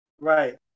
Right